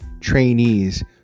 trainees